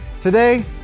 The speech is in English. Today